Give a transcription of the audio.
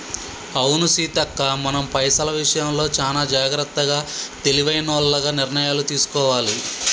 అవును సీతక్క మనం పైసల విషయంలో చానా జాగ్రత్తగా తెలివైనోల్లగ నిర్ణయాలు తీసుకోవాలి